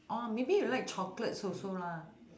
orh maybe you like chocolates also lah